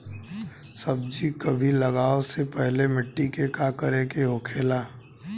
सब्जी कभी लगाओ से पहले मिट्टी के का करे के होखे ला?